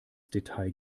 detail